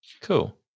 Cool